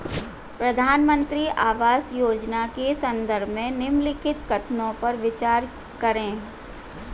प्रधानमंत्री आवास योजना के संदर्भ में निम्नलिखित कथनों पर विचार करें?